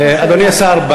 אדוני השר,